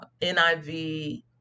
niv